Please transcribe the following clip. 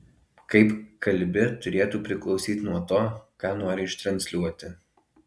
kaip kalbi turėtų priklausyt nuo to ką nori ištransliuoti